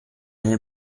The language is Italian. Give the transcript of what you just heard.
nel